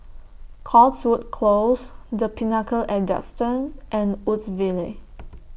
Cotswold Close The Pinnacle At Duxton and Woodsville